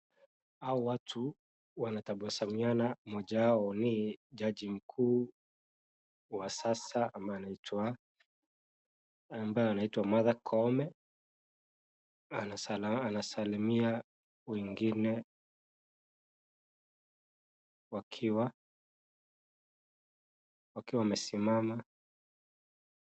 Hawa watu wanatabasamiana, moja wao ni jaji mkuu wa sasa ambayo anaitwa Martha Koome, anasalimia wengine wakiwa wamesimama.